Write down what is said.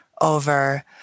over